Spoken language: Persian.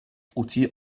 قوطی